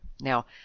Now